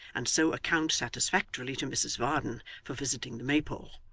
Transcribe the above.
and so account satisfactorily to mrs varden for visiting the maypole,